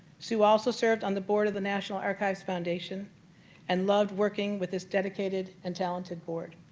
sue also served on the board of the national archives foundation and loved working with its dedicated and talented board.